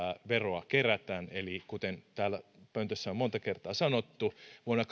veroa kerätään eli kuten täällä pöntössä on monta kertaa sanottu vuonna